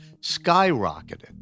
skyrocketed